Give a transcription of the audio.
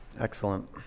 Excellent